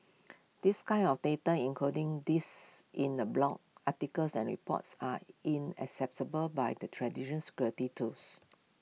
this kind of data including these in A blogs articles and reports are inaccessible by the traditional security tools